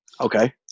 Okay